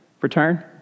return